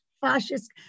fascist